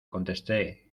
contesté